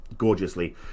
gorgeously